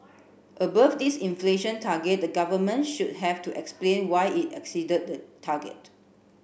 above this inflation target the government should have to explain why it exceeded the target